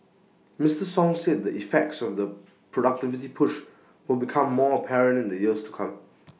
Mister song said the effects of the productivity push will become more apparent in the years to come